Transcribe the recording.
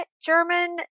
German